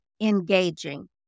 engaging